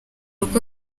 uko